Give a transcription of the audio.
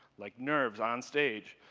like nerves on stage.